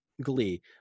glee